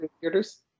theaters